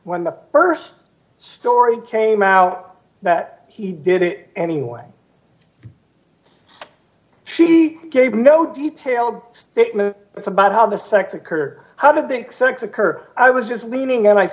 when the st story came out that he did it anyway she gave no details statement it's about how the sex occur how did think sex occur i was just leaning and i